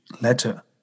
letter